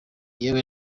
yewe